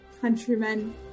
countrymen